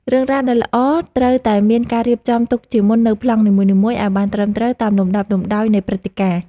រឿងរ៉ាវដែលល្អត្រូវតែមានការរៀបចំទុកជាមុននូវប្លង់នីមួយៗឱ្យបានត្រឹមត្រូវតាមលំដាប់លំដោយនៃព្រឹត្តិការណ៍។